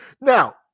Now